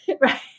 Right